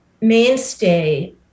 mainstay